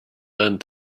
learned